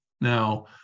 now